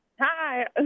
Hi